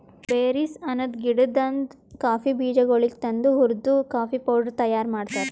berries ಅನದ್ ಗಿಡದಾಂದ್ coffee ಬೀಜಗೊಳಿಗ್ ತಂದು ಹುರ್ದು ಕಾಫಿ ಪೌಡರ್ ತೈಯಾರ್ ಮಾಡ್ತಾರ್